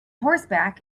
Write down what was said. horseback